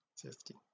fifty